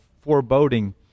foreboding